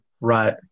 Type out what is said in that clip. right